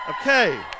Okay